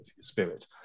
spirit